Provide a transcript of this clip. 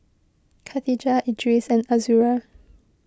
Khatijah Idris and Azura